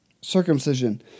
circumcision